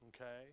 Okay